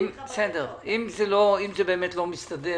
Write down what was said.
אם זה לא מסתדר,